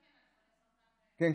כן,